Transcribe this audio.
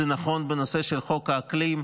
זה נכון בנושא של חוק האקלים,